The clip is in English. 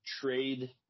trade